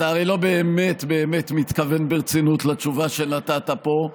אתה הרי לא באמת מתכוון ברצינות לתשובה שנתת פה.